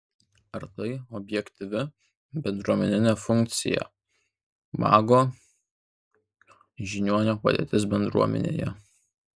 ar tai objektyvi bendruomeninė funkcija mago žiniuonio padėtis bendruomenėje